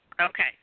Okay